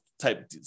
type